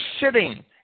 sitting